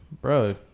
bro